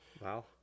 Wow